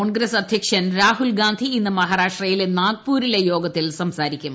കോൺഗ്രസ് അധ്യക്ഷൻ രാഹുൽ ഗാന്ധി ഇന്ന് മഹാരാഷ്ട്രയിലെ നാഗ്പൂരിലെ യോഗത്തിൽ സംസാരിക്കും